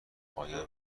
آیا